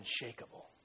unshakable